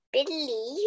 Billy